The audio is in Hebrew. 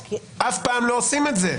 אף פעם לא עושים את זה.